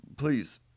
please